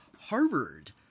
Harvard